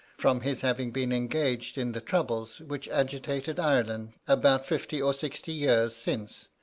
from his having been engaged in the troubles which agitated ireland about fifty or sixty years since,